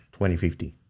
2050